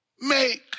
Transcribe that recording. make